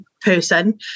person